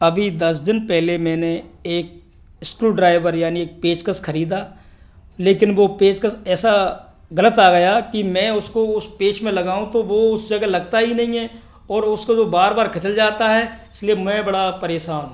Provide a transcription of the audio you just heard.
अभी दस दिन पहले मेंने एक स्क्रू ड्राइवर यानि पेंचकस खरीदा लेकिन वो पेंचकस ऐसा गलत आ गया कि मैं उसको उस पेंच में लगाऊँ तो वो उस जगह लगता ही नहीं है और उसको जो बार बार खिसल जाता है इसलिए मैं बड़ा परेशान हूँ